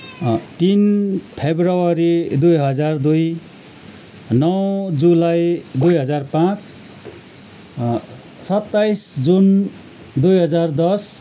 तिन फरवरी दुई हजार दुई नौ जुलाई दुई हजार पाँच सत्ताइस जुन दुई हजार दस